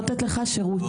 נותנת לך שירות.